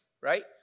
right